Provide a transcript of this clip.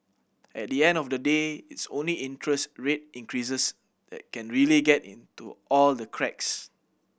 at the end of the day it's only interest rate increases that can really get into all the cracks